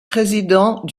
président